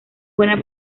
buena